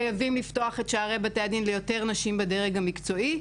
חייבים לפתוח את שערי בתי הדין ליותר נשים בדרג המקצועי,